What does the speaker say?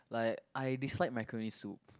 like I dislike macaroni soup